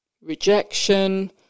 rejection